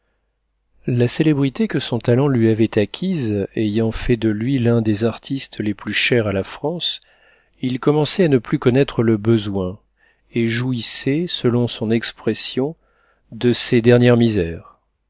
la célébrité que son talent lui avait acquise ayant fait de lui l'un des artistes les plus chers à la france il commençait à ne plus connaître le besoin et jouissait selon son expression de ses dernières misères